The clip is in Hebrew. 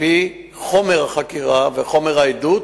על-פי חומר החקירה וחומר העדות,